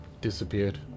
disappeared